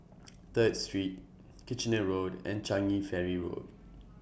Third Street Kitchener Road and Changi Ferry Road